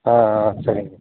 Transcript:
ஆ ஆ சரிங்க